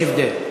יש הבדל.